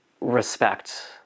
respect